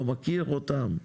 לא מכיר אותם,